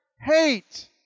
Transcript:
hate